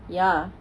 ya